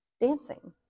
dancing